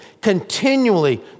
continually